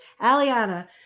Aliana